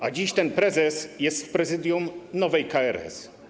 A dziś ten prezes jest w prezydium nowej KRS.